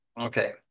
Okay